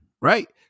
right